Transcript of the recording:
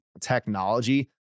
technology